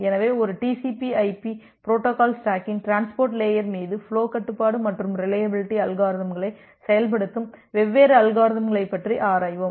எனவே ஒரு TCP IP protocol ஸ்டாக்கின் டிரான்ஸ்போர்ட் லேயர் மீது ஃபுலோ கட்டுப்பாடு மற்றும் ரிலையபிலிட்டி அல்காரிதம்களை செயல்படுத்தும் வெவ்வேறு அல்காரிதம்களைப் பற்றி ஆராய்வோம்